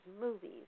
movies